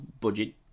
budget